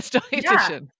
dietitian